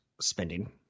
spending